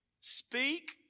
Speak